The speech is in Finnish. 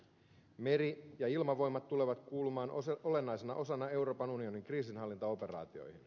meri ja ilmavoimat tulevat kuulumaan olennaisena osana euroopan unionin kriisinhallintaoperaatioihin